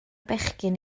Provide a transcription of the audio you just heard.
bechgyn